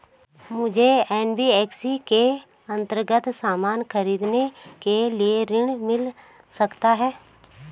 मुझे एन.बी.एफ.सी के अन्तर्गत सामान खरीदने के लिए ऋण मिल सकता है?